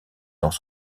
dans